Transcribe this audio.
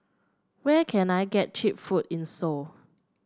where can I get cheap food in Seoul